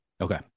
okay